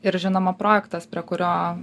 ir žinoma projektas prie kurio